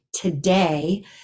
today